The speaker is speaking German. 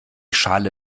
schale